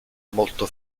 molto